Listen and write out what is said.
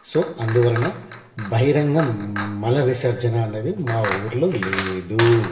so అందువలన బహిరంగ మల విసర్జన అన్నది మా ఊళ్ళో లేదు